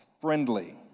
friendly